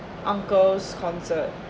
uncles concert